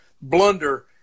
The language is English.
blunder